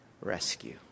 rescue